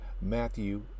Matthew